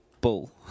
bull